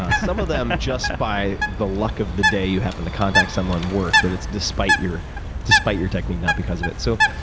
some of them just by the luck of the day you happen to contact someone work, but it's despite your despite your technique, not because of it. so